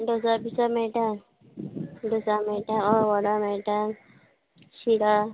डोसा बिसा मेयटा डोसा मेयटा अय वडा मेयटा शिरा